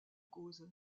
cause